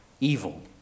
evil